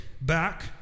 back